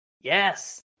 Yes